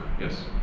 Yes